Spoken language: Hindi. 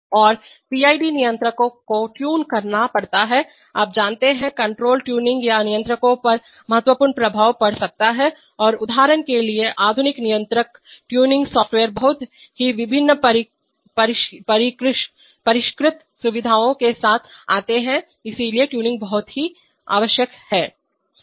और पीआईडी नियंत्रकों को ट्यून करना पड़ता है आप जानते हैं कंट्रोल ट्यूनिंग का नियंत्रकों पर महत्वपूर्ण प्रभाव पड़ सकता है और उदाहरण के लिए आधुनिक नियंत्रक ट्यूनिंग सॉफ़्टवेयर बहुत ही विभिन्न परिष्कृत सुविधाओं के साथ आते हैं इसलिए ट्यूनिंग की बहुत आवश्यकता है